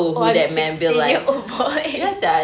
oh I'm a sixteen year old boy